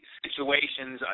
situations